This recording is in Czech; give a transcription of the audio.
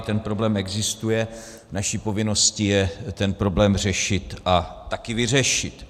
Ten problém existuje, naší povinností je ten problém řešit a také vyřešit.